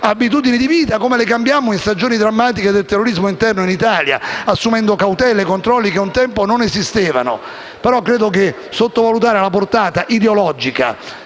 abitudini di vita, come le cambiammo nelle stagioni drammatiche del terrorismo interno in Italia, assumendo cautele e controlli che un tempo non esistevano. Ma sottovalutare la portata ideologica,